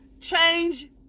change